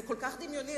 זה כל כך דמיוני.